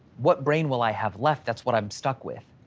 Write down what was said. what brain will i have left? that's what i'm stuck with.